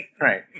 right